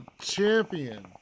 Champion